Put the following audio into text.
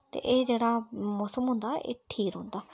ते एह् जेह्ड़ा मौसम होंदा एह् ठीक रौंह्दा